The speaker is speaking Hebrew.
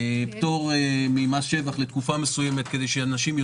נכון, לכל אחד יש רבע.